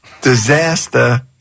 Disaster